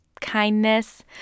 kindness